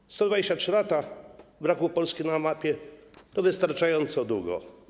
Przez 123 lata brakowało Polski na mapie, to wystarczająco długo.